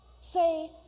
Say